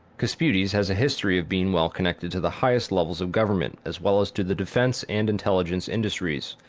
kasputys has a history of being well connected to the highest levels of government, as well as to the defense and intelligence industries.